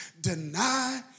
deny